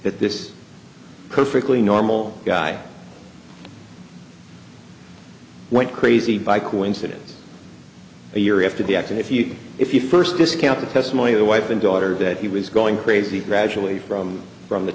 that this perfectly normal guy went crazy by coincidence a year after the action if you can if you first discount the testimony of the wife and daughter that he was going crazy gradually from from the